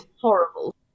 horrible